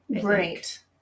Great